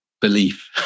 belief